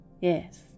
Yes